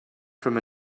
from